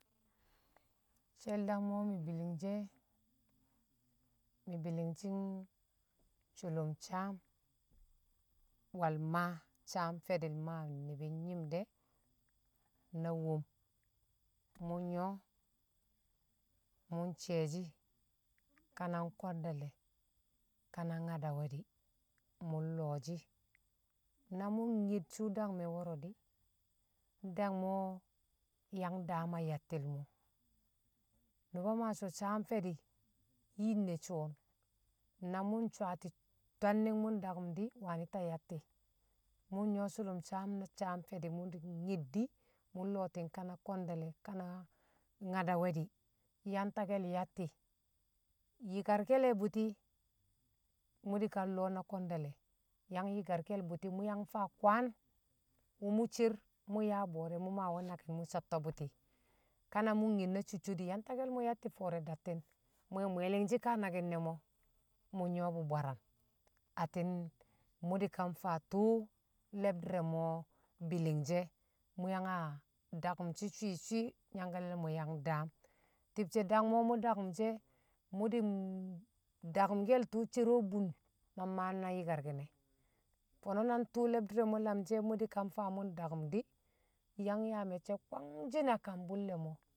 she̱l dangmemi̱ bi̱li̱ng shi̱ e̱, mi̱ bi̱li̱ng shi̱n sṵlṵm saam we̱l maa saam fe̱di̱ maa wṵ ni̱bi̱ nyi̱mde̱ na wom, mṵ nyṵwo̱ mṵ shi̱ye̱she̱ kana kwe̱nde̱le̱ ka na nyadawe̱ de̱ mṵ lo̱o̱shi̱ na mṵ nye̱d sṵṵ dangme̱ wo̱ro̱ di̱ dangme̱o̱ yang daam a yattel mo̱, mṵba so̱ saam fe̱di̱ yin ne̱ sun na swati̱ twanning mṵ dakṵm di̱ waani ta jatti̱ mṵ njṵwo̱ sṵlṵm saam na saam fe̱di̱ mṵ nye̱d di̱, mṵ lo̱o̱ti̱n ka na kwe̱nde̱ le̱ ka na nyadawe̱ di̱ yang take̱l yatti̱, jikarke̱ le̱ bṵti̱ mṵ di̱ kan lo̱o̱ na kwe̱nde̱le̱ yang yi̱karke̱l bṵti̱ mṵ yang faa kwaan wṵ mṵ cer mṵ yaa bo̱o̱re̱ mṵ maawle naki̱n mṵ satto̱ bṵti̱, ka na mṵ nyed na cicco di̱ yang take̱l yatti̱ fo̱o̱ri̱ dadti̱n mṵ we̱ mwe̱li̱ngshi̱ ka naki̱n ne̱ mo̱ mṵnyṵwo̱ bwaram atti̱n mṵ di̱kan faa tṵṵ le̱bdi̱r re̱ mo̱ bi̱li̱ngshi̱ e̱, mṵ yang a dakṵm shi swi̱ swi̱ nyangkale̱ le̱ mo̱ yang daam, ti̱bshe̱ dangme̱ o̱ mṵ dakṵm she̱ mṵ di̱n dakṵmke̱l tṵṵ cere bun ma mmaa na nyi̱ karki̱n e̱ mi̱ ndakṵm di̱ yang yaame̱cce̱ kwangshi̱n a kam bṵlle̱ mo̱.